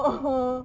or